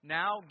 now